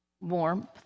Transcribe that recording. warmth